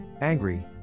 angry